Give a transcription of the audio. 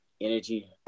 energy